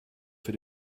für